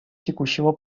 текущего